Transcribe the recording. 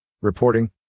Reporting